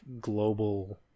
global